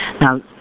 Now